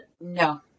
no